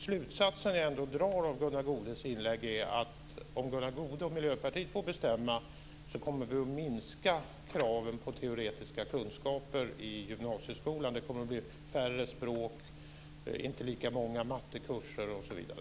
Slutsatsen jag ändå drar av Gunnar Goudes inlägg är att om Gunnar Goude och Miljöpartiet får bestämma kommer vi att minska kraven på teoretiska kunskaper i gymnasieskolan. Det kommer att bli färre språk, inte lika många mattekurser osv.